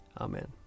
Amen